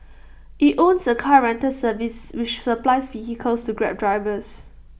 IT owns A car rental service which supplies vehicles to grab drivers